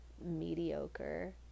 mediocre